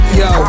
yo